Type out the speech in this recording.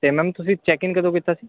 ਅਤੇ ਮੈਮ ਤੁਸੀਂ check in ਕਦੋਂ ਕੀਤਾ ਸੀ